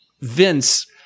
Vince